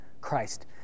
Christ